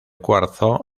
cuarzo